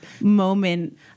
moment